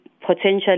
potentially